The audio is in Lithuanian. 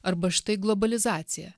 arba štai globalizacija